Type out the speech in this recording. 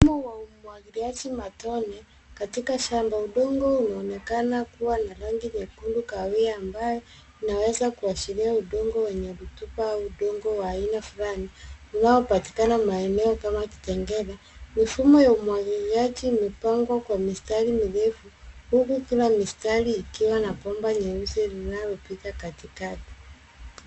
Mfumo wa umwangiliaj matone katika shamba. Udongo unaonekana kuwa na rangi nyekundu kahawia ambayo inaweza kuashiria udongo wenye rutuba au udongo wa aina fulani unaopatikana maeneo kama kitengela. Mifumo ya umwangiliaji imepangwa kwa mistari mirefu huku kila mistari ikiwa na bomba nyeusi inayopita katikati.